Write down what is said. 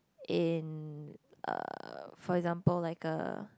in uh for example like a